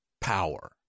power